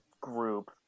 group